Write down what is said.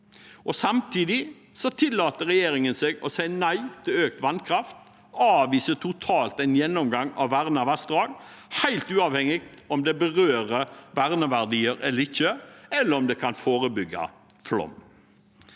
Samtidig tillater regjeringen seg å si nei til økt vannkraft og avviser totalt en gjennomgang av vernede vassdrag, helt uavhengig av om det berører verneverdier eller ikke, eller om det kan forebygge flom.